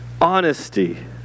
Honesty